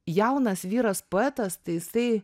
jaunas vyras poetas tai jisai